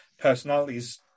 personalities